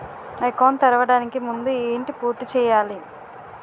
Account తెరవడానికి ముందు ఏంటి పూర్తి చేయాలి?